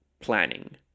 planning